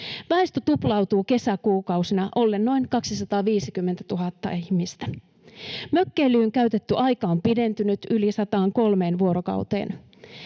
Väestö tuplaantuu kesäkuukausina ollen noin 250 000 ihmistä. Mökkeilyyn käytetty aika on pidentynyt yli 103 vuorokauteen.